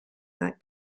that